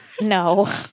No